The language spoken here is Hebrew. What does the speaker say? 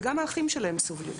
וגם האחים שלהם סובלים.